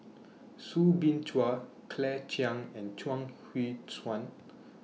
Soo Bin Chua Claire Chiang and Chuang Hui Tsuan